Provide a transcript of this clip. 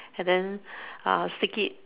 and then uh stick it